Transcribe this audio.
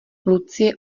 lucie